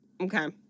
Okay